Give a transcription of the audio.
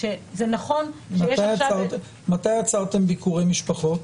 מתי עצרתם ביקורי משפחות?